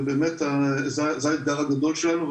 ובאמת זה האתגר הגדול שלנו,